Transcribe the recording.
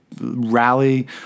rally